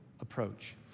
approach